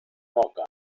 moca